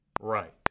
right